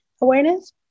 awareness